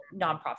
nonprofit